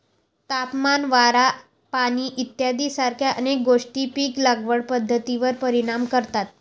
तापमान, वारा, पाणी इत्यादीसारख्या अनेक गोष्टी पीक लागवड पद्धतीवर परिणाम करतात